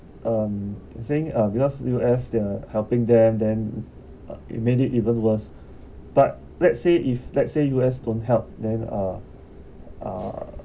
U_S they're helping them then uh it made even worse but let's say if let's say U_S don't help then uh